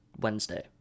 wednesday